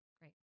great